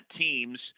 teams